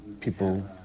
people